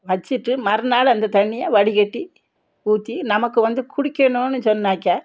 வச்சுட்டு மறுநாள் அந்த தண்ணியை வடிகட்டி ஊற்றி நமக்கு வந்து குடிக்கணும்னு சொன்னாக்கா